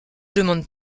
demande